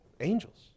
Angels